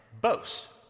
boast